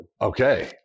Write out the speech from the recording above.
okay